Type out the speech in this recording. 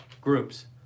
groups